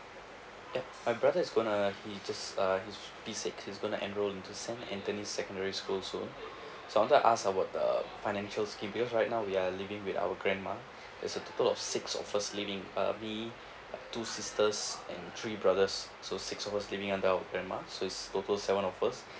ya my brother is gonna he just uh he's P six he's gonna enroll into saint anthony secondary school soon so I wanted to ask about the financial scheme because right now we are living with our grandma it's a total of six of us living uh we two sisters and three brothers so six of us living and our grandma so it's total seven of us